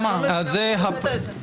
אני לא מבינה מאיפה הבאת את זה.